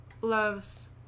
loves